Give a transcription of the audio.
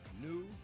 new